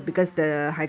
ya